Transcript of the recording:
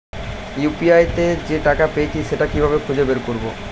UPI তে যে টাকা পেয়েছি সেটা কিভাবে খুঁজে বের করবো?